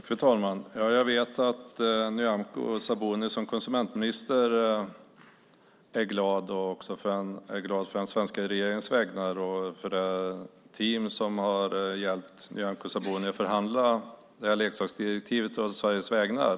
Fru talman! Jag vet att Nyamko Sabuni som konsumentminister är glad å den svenska regeringens vägnar över det team som har hjälpt Nyamko Sabuni att förhandla fram leksaksdirektivet å Sveriges vägnar.